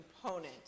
component